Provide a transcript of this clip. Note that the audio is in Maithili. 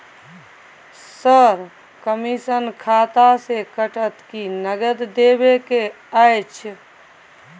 सर, कमिसन खाता से कटत कि नगद देबै के अएछ?